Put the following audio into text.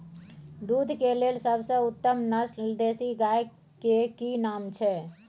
दूध के लेल सबसे उत्तम नस्ल देसी गाय के की नाम छै?